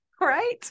Right